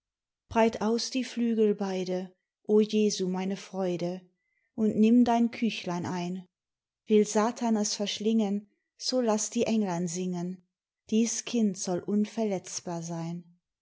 breif aus die flügel beide o jesu meine freude und nimm dein küchlein einl will satan es verschlingen so laß die englein singen dies kind soll unverletzbar seinl